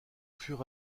fur